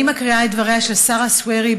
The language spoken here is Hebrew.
אני מקריאה את דבריה של שרה סווירי,